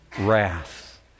wrath